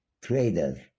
traders